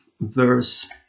verse